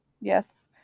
yes